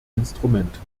instrument